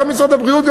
גם משרד הבריאות,